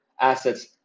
assets